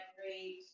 great